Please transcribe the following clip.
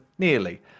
Nearly